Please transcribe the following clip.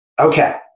Okay